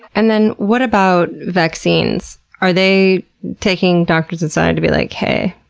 and then what about vaccines? are they taking doctors aside to be like, hey,